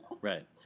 Right